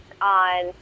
on